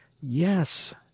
Yes